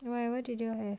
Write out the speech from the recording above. and whatever to do eh